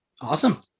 Awesome